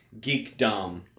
geekdom